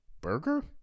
Burger